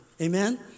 Amen